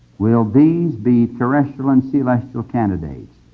will these be terrestrial and celestial candidates?